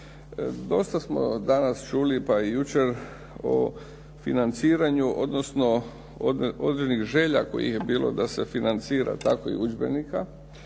Dosta smo danas čuli, pa i jučer o financiranju, odnosno određenih želja kojih je bilo da se financira takvih udžbenika,